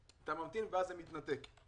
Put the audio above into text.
אתה ממתין ואז זה מתנתק,